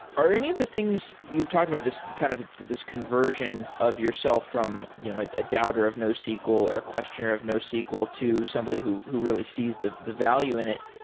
are any of the things you've talked about this, kind of this conversion of yourself from you know a doubter of nosql or questionnaire of nosql to somebody who who really sees the the value in it.